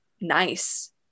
nice